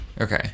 Okay